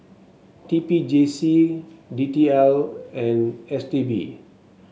T P J C D T L and S T B